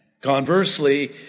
Conversely